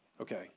Okay